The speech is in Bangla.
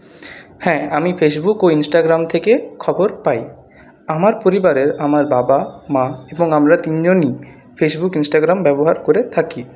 হ্যাঁ আমি ফেসবুক ও ইনস্ট্রাগ্রাম থেকে খবর পাই আমার পরিবারের আমার বাবা মা এবং আমারা তিন জনই ফেসবুক ইনস্ট্রাগ্রাম ব্যবহার করে থাকি